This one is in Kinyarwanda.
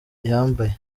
yambaye